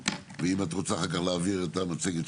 ואם את רוצה אחר כך להעביר את המצגת,